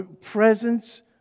Presence